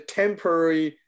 temporary